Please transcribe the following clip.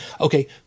okay